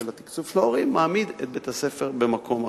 התקצוב של ההורים מעמידים את בית-הספר במקום אחר.